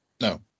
No